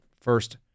First